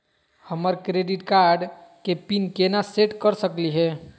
हमर credit card के pin केना सेट कर सकली हे?